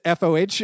FOH